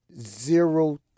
zero